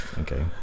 Okay